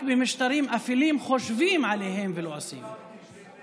שרק במשטרים אפלים חושבים עליהם, ולא עושים.